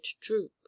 droop